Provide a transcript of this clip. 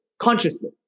Consciously